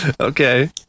Okay